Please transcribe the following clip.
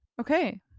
okay